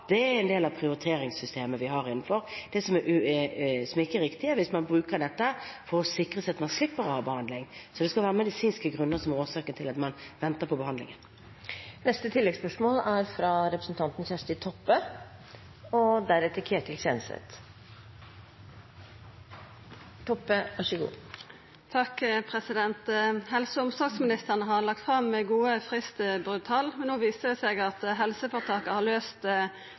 Det er en del av prioriteringssystemet vi har. Det som ikke er riktig, er hvis man bruker dette for å sikre seg at man slipper å gi behandling. Det skal være medisinske grunner som er årsaken til at man venter på behandlingen. Kjersti Toppe – til oppfølgingsspørsmål. Helse- og omsorgsministeren har lagt fram gode fristbrottal, men no viser det seg at helseføretaka har løyst denne situasjonen enkelt. Dei tar pasientane inn til poliklinikken, og så er fristen innfridd. Men problemet er at pasientane ikkje har